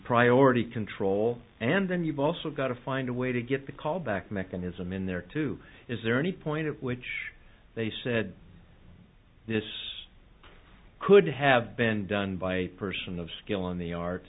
priority control and then you've also got to find a way to get the callback mechanism in there too is there any point at which they said this could have been done by a person of skill in the ar